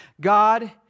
God